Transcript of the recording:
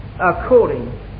according